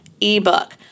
ebook